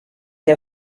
der